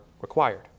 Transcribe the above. required